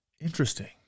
Interesting